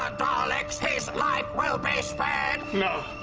um daleks his life will be spared no!